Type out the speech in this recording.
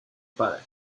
padre